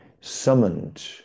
summoned